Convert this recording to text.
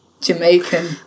Jamaican